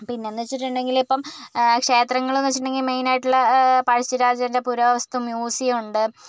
പിന്നന്ന് വച്ചിട്ടുണ്ടെങ്കിലിപ്പം ക്ഷേത്രങ്ങൾ എന്ന് വച്ചിട്ടുണ്ടെങ്കിൽ മെയിനായിട്ടുള്ള പഴശ്ശിരാജേൻ്റെ പുരാവസ്തു മ്യൂസിയമുണ്ട്